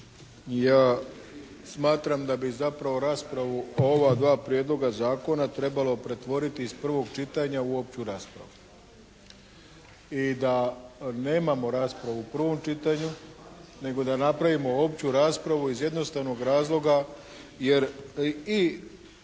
ja smatram da bi zapravo raspravu o ova dva prijedloga zakona trebalo pretvoriti iz prvog čitanja u opću raspravu. I da nemamo raspravu u prvom čitanju nego da napravimo opću raspravu iz jednostavnog razloga jer i